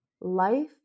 life